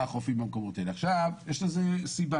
יש לזה סיבה